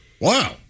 Wow